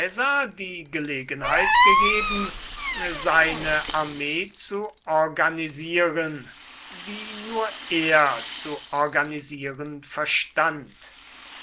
die gelegenheit gegeben seine armee zu organisieren wie nur er zu organisieren verstand